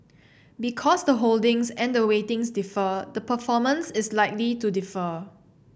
because the holdings and the weightings differ the performance is likely to differ